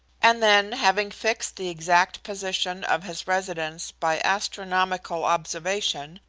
and then, having fixed the exact position of his residence by astronomical observation,